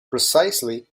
precisely